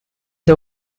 the